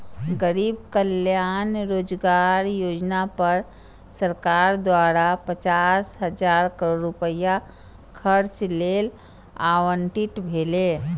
गरीब कल्याण रोजगार योजना पर सरकार द्वारा पचास हजार करोड़ रुपैया खर्च लेल आवंटित भेलै